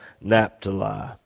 Naphtali